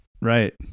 Right